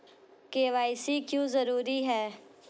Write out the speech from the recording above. KYC क्यों जरूरी है?